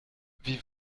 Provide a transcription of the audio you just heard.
wie